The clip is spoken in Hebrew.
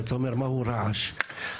מהו רעש?